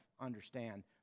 understand